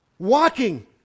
Walking